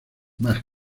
más